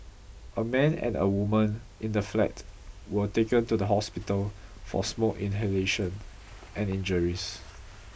a man and a woman in the flat were taken to the hospital for smoke inhalation and injuries